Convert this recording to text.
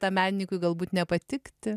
tam menininkui galbūt nepatikti